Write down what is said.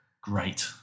Great